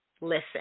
listen